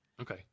Okay